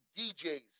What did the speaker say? DJs